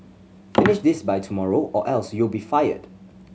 finish this by tomorrow or else you'll be fired